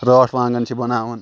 رٲٹھ وانٛگن چھِ بناوان